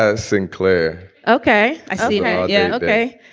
ah sinclair okay. i see. you know yeah okay.